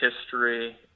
history